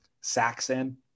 Saxon